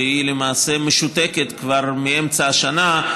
שהיא למעשה משותקת כבר מאמצע השנה,